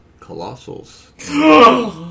colossals